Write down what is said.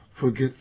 Forget